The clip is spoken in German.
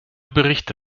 berichte